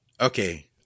Okay